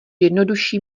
jednodušší